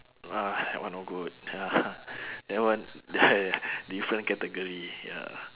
ah that one no good that one I different category ya